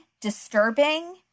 disturbing